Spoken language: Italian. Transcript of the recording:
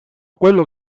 quello